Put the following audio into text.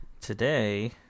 today